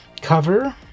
cover